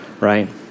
right